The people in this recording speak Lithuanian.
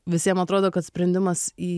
visiem atrodo kad sprendimas į